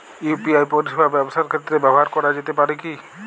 UPI পরিষেবা ব্যবসার ক্ষেত্রে ব্যবহার করা যেতে পারে কি?